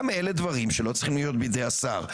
גם אלה דברים שלא צריכים להיות בידי השר,